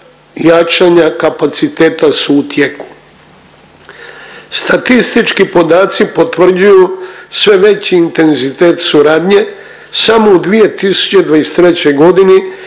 jačanja kapaciteta su u tijeku. Statistički podaci potvrđuju sve veći intenzitet suradnje samo u 2023.g.